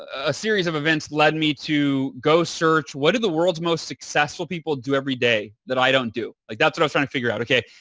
a series of events led me to go search what do the world's most successful people do every day that i don't do? like that's what i'm trying to figure out. hal okay.